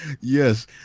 Yes